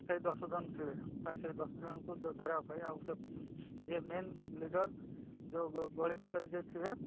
ସେଇ ଦଶ ଜଣ ଥିବେ ତ ସେଇ ଦଶ ଜଣଙ୍କୁ ଧରିବା ପାଇଁ ଆଉ ସେ ଯିଏ ମେନ୍ ଲିଡ଼ର ଯେଉଁ ଗଳି ଭିତରେ ଯିଏ ଥିବେ